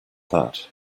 that